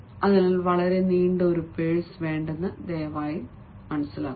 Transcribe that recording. അതിനാൽ വളരെ നീണ്ട ഒരു പേഴ്സ് വേണ്ടെന്ന് ദയവായി തീരുമാനിക്കുക